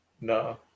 No